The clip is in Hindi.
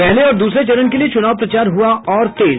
पहले और दूसरे चरण के लिये चुनाव प्रचार हुआ और तेज